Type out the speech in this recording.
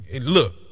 Look